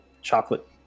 chocolate